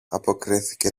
αποκρίθηκε